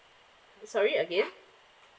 sorry again